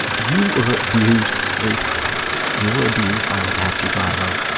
you were abused three times. you were abused by the taxi driver.